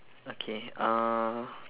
okay uh